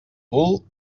bull